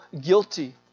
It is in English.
guilty